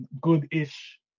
Good-ish